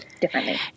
differently